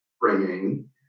bringing